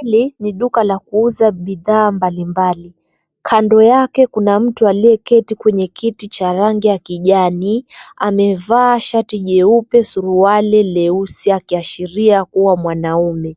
Hili ni duka la kuuza bidhaa mbalimbali. Kando yake kuna mtu aliyeketi kwenye kiti cha rangi ya kijani amevaa shati jeupe suruali leusi ya kiashiria kuwa mwanamume